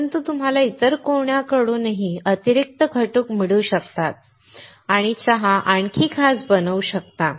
परंतु तुम्हाला इतर कोणाकडूनही अतिरिक्त घटक मिळू शकतात आणि चहा आणखी खास बनवू शकता